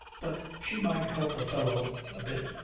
but she might help a fellow a bit.